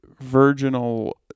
virginal